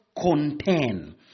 contain